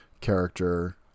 character